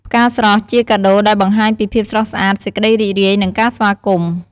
ផ្កាស្រស់ជាកាដូដែលបង្ហាញពី ភាពស្រស់ស្អាត សេចក្តីរីករាយ និង ការស្វាគមន៍។